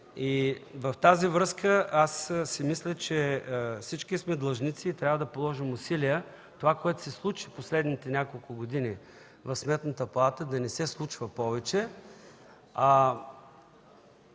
Във връзка с това мисля, че всички сме длъжници и трябва да положим усилия това, което се случи през последните няколко години в Сметната палата, да не се случва повече.